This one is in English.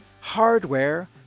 Hardware